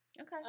okay